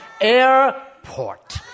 airport